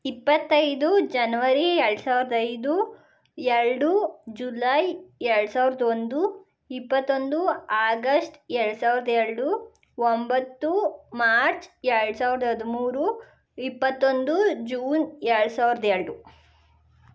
ಇಪ್ಪತ್ತೈದು ಜನ್ವರಿ ಎರಡು ಸಾವಿರದ ಐದು ಎರಡು ಜುಲೈ ಎರಡು ಸಾವಿರದ ಒಂದು ಇಪ್ಪತ್ತೊಂದು ಆಗಸ್ಟ್ ಎರಡು ಸಾವಿರದ ಎರಡು ಒಂಬತ್ತು ಮಾರ್ಚ್ ಎರಡು ಸಾವಿರದ ಹದಿಮೂರು ಇಪ್ಪತ್ತೊಂದು ಜೂನ್ ಎರಡು ಸಾವಿರದ ಎರಡು